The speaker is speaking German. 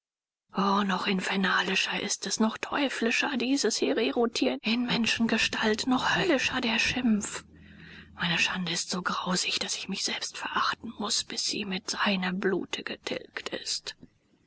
noch infernalischer ist es noch teuflischer dieses hererotier in menschengestalt noch höllischer der schimpf meine schande ist so grausig daß ich mich selbst verachten muß bis sie mit seinem blute getilgt ist